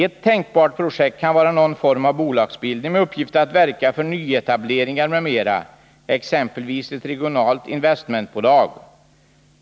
Ett tänkbart projekt kan vara någon form av bolagsbildning med uppgift att verka för nyetableringar m.m., exempelvis ett regionalt investmentbolag.